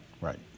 Right